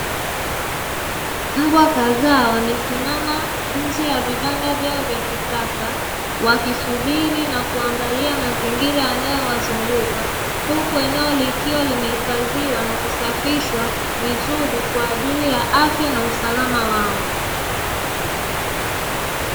Mbwa kadhaa wamesimama nje ya vibanda vyao vya kisasa wakisubiri na kuangalia mazingira yanayowazunguka, huku eneo likiwa limehifadhiwa na kusafishwa vizuri kwa ajili ya afya na usalama wao.